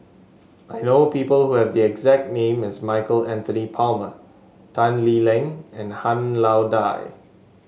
I know people who have the exact name as Michael Anthony Palmer Tan Lee Leng and Han Lao Da